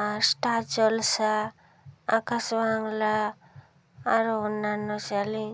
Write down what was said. আর star Jalsha Aakash Bangla আরও অন্যান্য channel